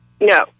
No